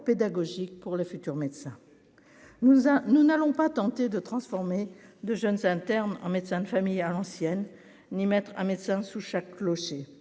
pédagogiques pour les futurs médecins nous à nous n'allons pas tenter de transformer de jeunes internes, un médecin de famille à ancienne n'mettre un médecin sous chaque clocher